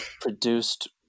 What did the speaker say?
produced